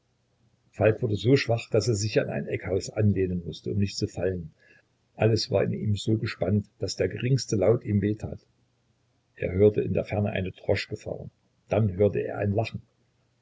falk wurde so schwach daß er sich an ein eckhaus anlehnen mußte um nicht zu fallen alles war in ihm so gespannt daß der geringste laut ihm weh tat er hörte in der ferne eine droschke fahren dann hörte er ein lachen